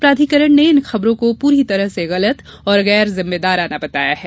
प्राधिकरण ने इन खबरों को पूरी तरह से गलत और गैर जिम्मेदाराना बताया है